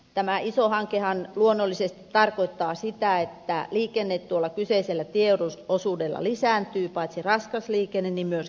tämä iso hankehan luonnollisesti tarkoittaa sitä että liikenne tuolla kyseisellä tieosuudella lisääntyy paitsi raskas liikenne myös henkilöliikenne